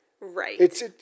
Right